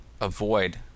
avoid